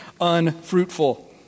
unfruitful